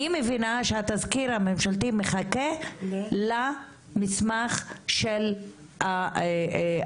אני מבינה שהתזכיר הממשלתי מחכה למסמך של הבט"פ,